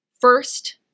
first